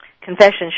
confession